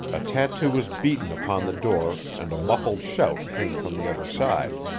a tattoo was beaten upon the door and a muffled shout came from the other side.